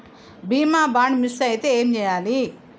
బీమా bond miss అయితే ఏం చేయాలి?